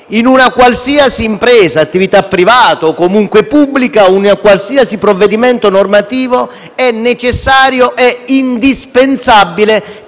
In una qualsiasi impresa, attività privata o pubblica, per un qualsiasi provvedimento normativo è necessario e dispensabile